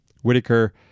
Whitaker